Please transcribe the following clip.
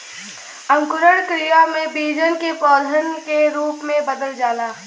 अंकुरण क्रिया में बीजन के पौधन के रूप में बदल जाला